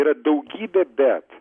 yra daugybė bet